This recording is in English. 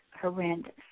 horrendous